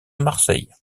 marseille